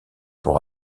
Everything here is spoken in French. pour